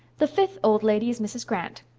the fifth old lady is mrs. grant.